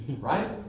right